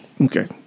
Okay